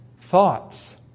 thoughts